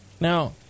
Now